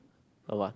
about